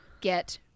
get